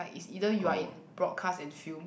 ya is either you are in broadcast and feel